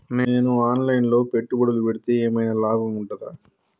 నేను online లో పెట్టుబడులు పెడితే ఏమైనా లాభం ఉంటదా?